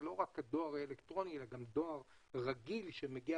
זה לא רק דואר אלקטרוני אלא גם דואר רגיל שמגיע